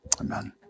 Amen